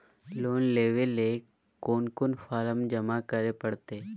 Loan लेवे ले कोन कोन फॉर्म जमा करे परते?